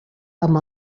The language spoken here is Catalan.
amb